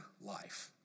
life